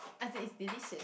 I feel is delicious